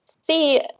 see